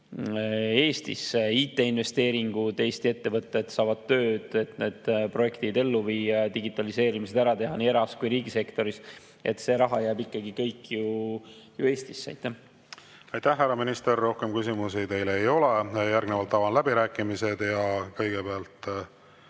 Eestisse. On IT-investeeringud ja Eesti ettevõtted saavad tööd, et need projektid ellu viia, teha digitaliseerimised ära nii era- kui riigisektoris. See raha jääb kõik ikkagi ju Eestisse. Aitäh, härra minister! Rohkem küsimusi teile ei ole. Järgnevalt avan läbirääkimised. Kõigepealt